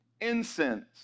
incense